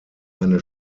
eine